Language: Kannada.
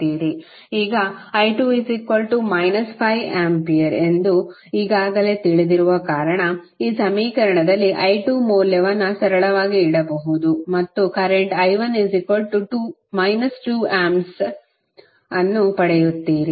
ಈಗ i2 5 ಆಂಪಿಯರ್ ಎಂದು ಈಗಾಗಲೇ ತಿಳಿದಿರುವ ಕಾರಣ ಈ ಸಮೀಕರಣದಲ್ಲಿ i2 ಮೌಲ್ಯವನ್ನು ಸರಳವಾಗಿ ಇಡಬಹುದು ಮತ್ತು ಕರೆಂಟ್ i1 2A ಅನ್ನು ಪಡೆಯುತ್ತೀರಿ